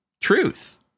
truth